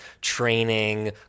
training